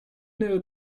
know